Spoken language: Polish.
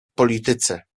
polityce